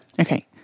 Okay